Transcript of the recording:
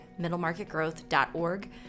middlemarketgrowth.org